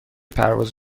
پرواز